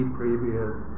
previous